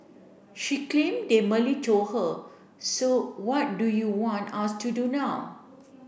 she claim they merely told her so what do you want us to do now